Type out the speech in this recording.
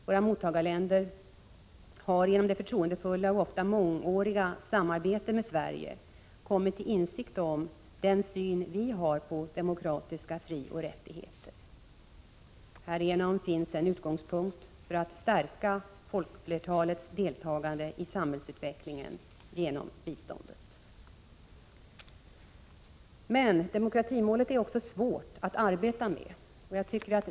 Våra mottagarländer har genom det förtroendefulla och ofta mångåriga samarbetet med Sverige kommit till insikt om den syn vi har på demokratiska frioch rättigheter. Därigenom finns en utgångspunkt för att stärka folkflertalets deltagande i samhällsutvecklingen genom biståndet. Demokratimålet är svårt att arbeta med.